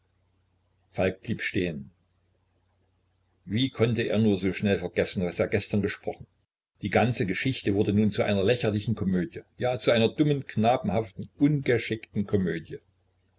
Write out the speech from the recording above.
falk blieb stehen wie konnte er nur so schnell vergessen was er gestern gesprochen die ganze geschichte wurde nun zu einer lächerlichen komödie ja zu einer dummen knabenhaften ungeschickten komödie